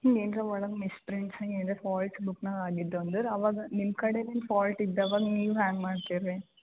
ಹ್ಞೂ ಏನಾರ ಒಳಗೆ ಮಿಸ್ಪ್ರಿಂಟ್ಸ್ ಏನಾರ ಫಾಲ್ಟ್ ಬುಕ್ನಾಗೆ ಆಗಿದ್ದವು ಅಂದರೆ ಅವಾಗ ನಿಮ್ಮ ಕಡೆನೆ ಫಾಲ್ಟ್ ಇದ್ದವಾಗ ನೀವು ಹ್ಯಾಂಗೆ ಮಾಡ್ತೀರ ರೀ